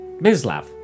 Mislav